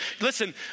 Listen